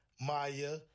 Maya